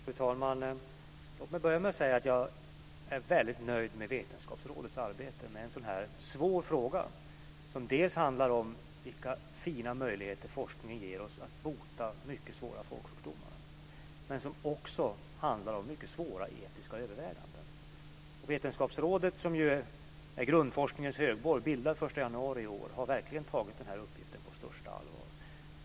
Fru talman! Jag vill börja med att säga att jag är väldigt nöjd med Vetenskapsrådets arbete med en sådan här svår fråga som handlar dels om de goda möjligheter som forskningen ger oss att bota mycket svåra folksjukdomar, dels om mycket svåra etiska överväganden. Vetenskapsrådet, som är grundforskningens högborg, bildades den 1 januari i år. Man har verkligen tagit den här uppgiften på största allvar.